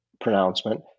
pronouncement